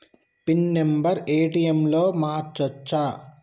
Pin number ATM లో మార్చచ్చా?